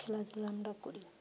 খেলাধুলা আমরা করি